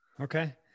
okay